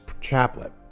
chaplet